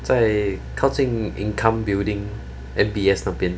在靠近 income building M_B_S 那边